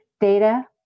data